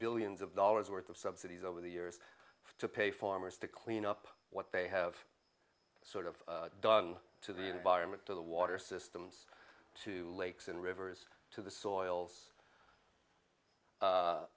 billions of dollars worth of subsidies over the years to pay farmers to clean up what they have sort of done to the environment to the water systems to lakes and rivers to the soils